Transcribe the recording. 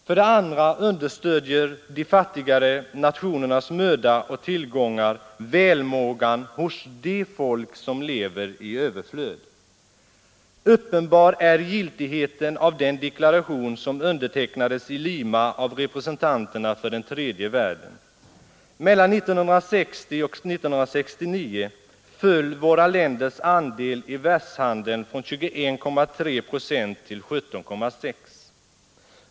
För det andra understödjer de fattigare nationernas möda och tillgångar välmågan hos de folk som lever i överflöd. Uppenbar är giltigheten av den deklaration som undertecknades i Lima av representanterna för den tredje världen. Mellan 1960 och 1969 föll våra länders andel i världshandeln från 21,3 procent till 17,6.